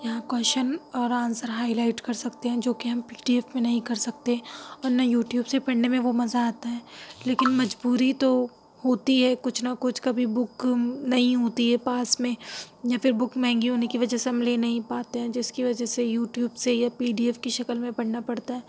یہاں کوشچن اور answer highlight کر سکتے ہیں جو کہ ہم پی ڈی ایف میں نہیں کر سکتے اور نہ یو ٹیوب سے پڑھنے میں وہ مزہ آتا ہے لیکن مجبوری تو ہوتی ہے کچھ نہ کچھ کبھی بک نہیں ہوتی ہے پاس میں یا پھر بک مہنگی ہونے کی وجہ سے ہم لے نہیں پاتے ہیں جس کی وجہ سے یو ٹیوب سے یا پی ڈی ایف کی شکل میں پڑھنا پڑتا ہے